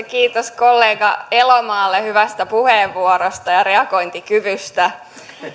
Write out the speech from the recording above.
kiitos kollega elomaalle hyvästä puheenvuorosta ja reagointikyvystä